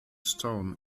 stone